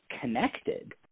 connected